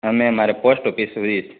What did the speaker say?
અમે મારે પોસ્ટઓફિસ સુધી જ